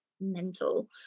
mental